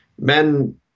men